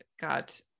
got